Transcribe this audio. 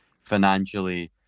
financially